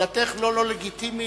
שאלתך לא לא-לגיטימית.